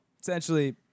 essentially